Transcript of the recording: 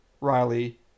Riley